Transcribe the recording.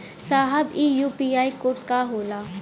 साहब इ UPI code का होला?